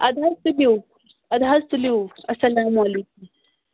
اَدٕ حظ تُلِو اَدٕ حظ تُلِو اَسلامُ علیکُم